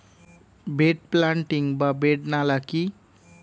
Bed planting বা bed নালা কি?